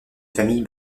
famille